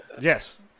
Yes